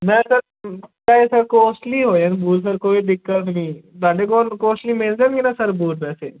ਮੈਂ ਸਰ ਚਾਹੇ sir costly ਹੋ ਜਾਣ ਬੂਟ ਸਰ ਕੋਈ ਦਿੱਕਤ ਨਹੀਂ ਸਾਡੇ ਕੋਲ ਕੁਛ ਨਹੀਂ ਮਿਲਦੇ ਮੇਰਾ ਸਰ ਬੂਟ ਵੈਸੇ